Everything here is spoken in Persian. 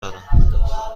دارم